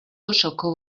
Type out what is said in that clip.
osoko